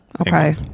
Okay